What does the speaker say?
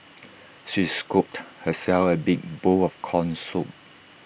she scooped herself A big bowl of Corn Soup